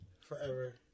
forever